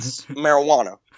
marijuana